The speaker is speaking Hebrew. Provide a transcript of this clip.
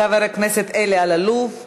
חבר הכנסת אלי אלאלוף,